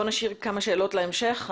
בוא נשאיר כמה שאלות להמשך,